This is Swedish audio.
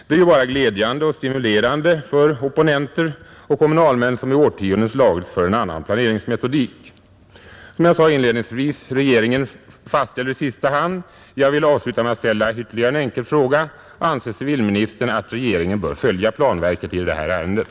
Detta är glädjande och stimulerande för opponenter och kommunalmän, som i årtionden slagits för en annan planeringsmetodik. Det är som 19 jag inledningsvis sade regeringen som i sista hand fastställer. Jag vill därför avsluta mitt anförande med ytterligare en enkel fråga: Anser civilministern att regeringen bör följa planverket i det här ärendet?